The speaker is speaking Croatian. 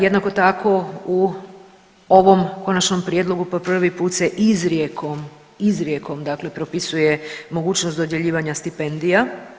Jednako tako u ovom konačnom prijedlogu po prvi put se izrijekom, izrijekom dakle propisuje mogućnost dodjeljivanja stipendija.